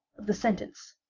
of the sentence,